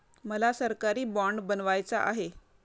मला सरकारी बाँड बनवायचा आहे